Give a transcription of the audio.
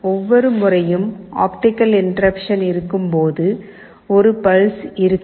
ஒவ்வொரு முறையும் optical interruption இருக்கும்போது ஒரு பல்ஸ் இருக்கும்